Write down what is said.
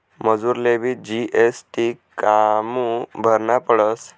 मजुरलेबी जी.एस.टी कामु भरना पडस?